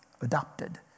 adopted